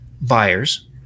buyers